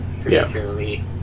particularly